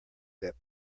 that